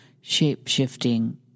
shape-shifting